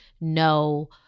No